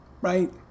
right